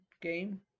game